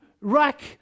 rack